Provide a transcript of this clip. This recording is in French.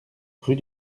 rue